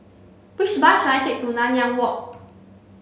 which bus should I take to Nanyang Walk